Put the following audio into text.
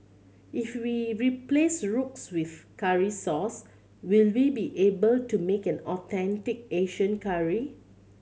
if we replace roux with curry sauce will we be able to make an authentic Asian curry